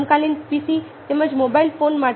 સમકાલીન પીસી તેમજ mobile phone માટે